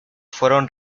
fueron